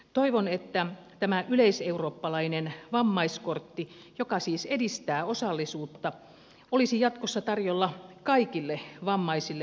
toivon että tämä yleiseurooppalainen vammaiskortti joka siis edistää osallisuutta olisi jatkossa tarjolla kaikille vammaisille myös suomessa